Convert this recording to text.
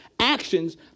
actions